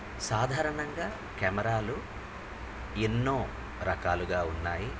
సాధారణంగా కెమెరాలు ఎన్నో రకాలుగా ఉన్నాయి